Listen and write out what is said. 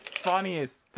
funniest